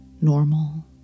normal